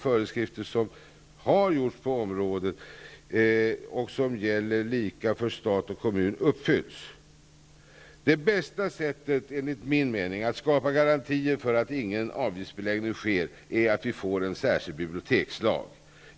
Det bästa sättet enligt min mening att skapa garantier för att ingen aviftsbeläggning sker är att vi får en särskild bibliotekslag.